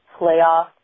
playoff